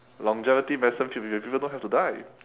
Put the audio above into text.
longevity medicine treatment people don't have to die